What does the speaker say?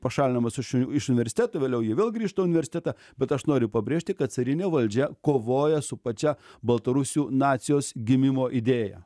pašalinamas iš u iš universiteto vėliau jie vėl grįžta į universitetą bet aš noriu pabrėžti kad carinė valdžia kovoja su pačia baltarusių nacijos gimimo idėja